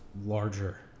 larger